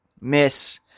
miss